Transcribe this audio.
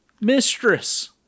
Mistress